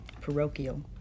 parochial